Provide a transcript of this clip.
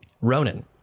Ronan